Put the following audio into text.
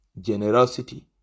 generosity